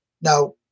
Now